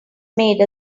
made